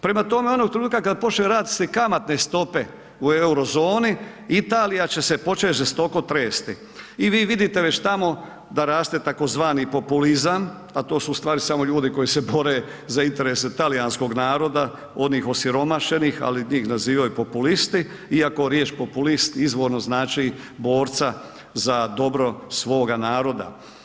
Prema tome, onog trenutka kad počnu rasti kamatne stope u euro zoni, Italija će se počet žestoko tresti i vi vidite već da raste tzv. populizam a to su ustvari samo ljudi koji se bore za interese talijanskog naroda, onih osiromašenih ali njih nazivaju populisti iako riječ populist izborno znači borca za dobro svoga naroda.